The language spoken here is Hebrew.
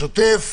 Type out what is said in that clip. השוטף,